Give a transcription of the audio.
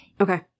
okay